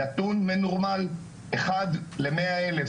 נתון מנורמל 1 ל-100 אלף,